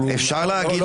מבטיח.